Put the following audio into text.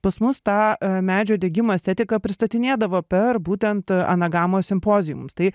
pas mus tą medžio degimo estetiką pristatinėdavo per būtent anagamos simpoziumus tai